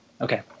Okay